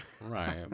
right